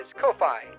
Ko-Fi